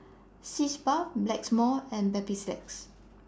Sitz Bath Blackmores and Mepilex